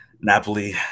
Napoli